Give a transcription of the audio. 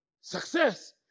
success